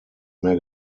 mehr